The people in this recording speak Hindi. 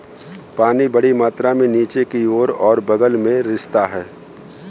पानी बड़ी मात्रा में नीचे की ओर और बग़ल में रिसता है